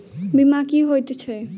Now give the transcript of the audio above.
बीमा की होइत छी?